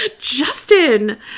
justin